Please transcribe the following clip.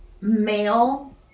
male